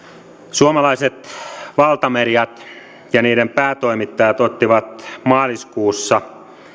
suomalaiset valtamediat ja niiden päätoimittajat ottivat maaliskuussa tänä